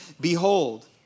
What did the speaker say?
Behold